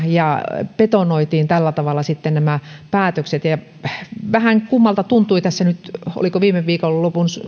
ja betonoitiin tällä tavalla sitten nämä päätökset vähän kummalta tuntui oliko viime viikonlopun